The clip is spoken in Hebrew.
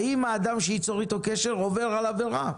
האם האדם שייצור איתו קשר עובר על עבירה?